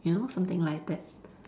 you know something like that